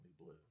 blue